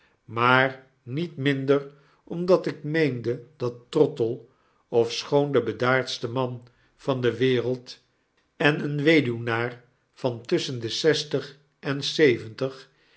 maar niet minder omdat ik meende dat trottle ofschoon de bedaardste man van de wereld en een weduwnaar van tusschen de zestig en zeventig